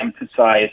emphasize